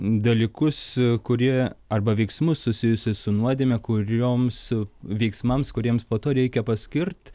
dalykus kurie arba veiksmus susijusius su nuodėme kurioms veiksmams kuriems po to reikia paskirt